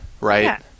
right